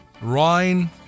Rhine